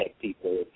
people